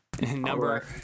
Number